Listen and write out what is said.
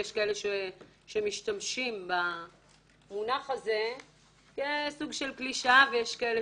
יש כאלה שמשתמשים במונח הזה כסוג של קלישאה ויש כאלה